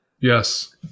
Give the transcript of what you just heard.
Yes